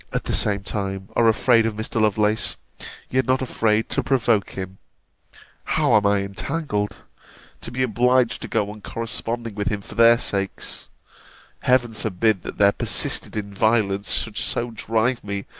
at the same time, are afraid of mr. lovelace yet not afraid to provoke him how am i entangled to be obliged to go on corresponding with him for their sakes heaven forbid, that their persisted-in violence should so drive me,